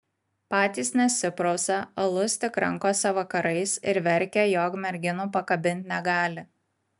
patys nesiprausia alus tik rankose vakarais ir verkia jog merginų pakabint negali